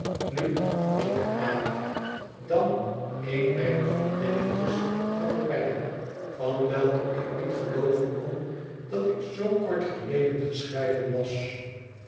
nu was het ada dan een mijner vriendinnetjes van reading van welke ik niet gelooven kon dat ik zoo kort geleden gescheiden was